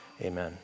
Amen